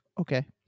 Okay